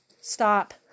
stop